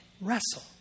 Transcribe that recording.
wrestle